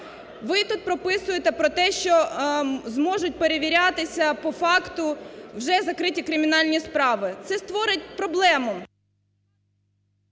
Ви тут прописуєте про те, що зможуть перевірятися по факту вже закриті кримінальні справи, це створить проблему.